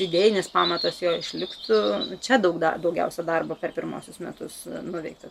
idėjinis pamatas jo išliktų čia daug da daugiausia darbo per pirmuosius metus nuveikta